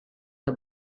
the